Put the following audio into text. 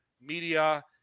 Media